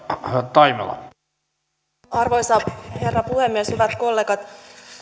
arvoisa herra puhemies hyvät kollegat